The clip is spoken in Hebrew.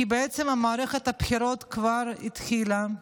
כי בעצם מערכת הבחירות כבר התחילה,